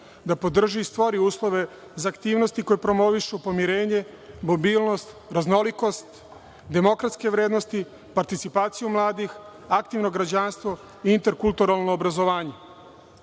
da podrži i stvori uslove za aktivnosti koje promovišu pomirenje, mobilnost, raznolikost, demokratske vrednosti, participaciju mladih, aktivno građanstvo i interkulturalno obrazovanje.